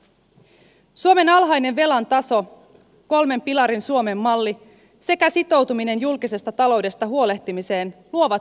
suomen alhainen velan taso kolmen pilarin suomen malli sekä sitoutuminen julkisesta talou desta huolehtimiseen luovat pohjaa tulevaisuuteen